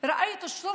ראיתי את המשטרה